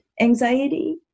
Anxiety